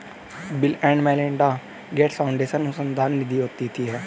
bill and Melinda Gates foundation अनुसंधान निधि देती है